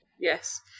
yes